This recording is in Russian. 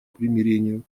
примирению